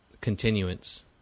continuance